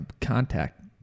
contact